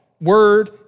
word